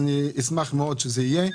אני אשמח מאוד שזה יהיה.